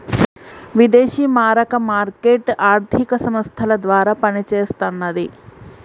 విదేశీ మారక మార్కెట్ ఆర్థిక సంస్థల ద్వారా పనిచేస్తన్నది